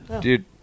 Dude